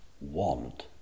want